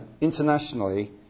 internationally